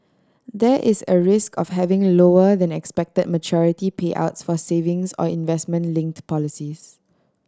there is a risk of having lower than expect maturity payouts for savings or investment linked policies